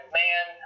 man